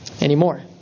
anymore